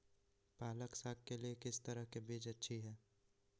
पालक साग के लिए किस तरह के बीज अच्छी है?